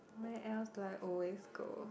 where else do I always go